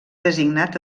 designat